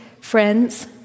friends